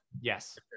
Yes